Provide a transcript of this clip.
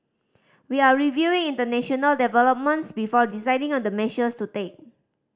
we are reviewing international developments before deciding on the measures to take